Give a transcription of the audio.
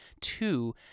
Two